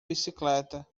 bicicleta